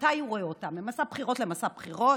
מתי הוא רואה אותם, ממסע בחירות למסע בחירות?